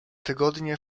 tygodnie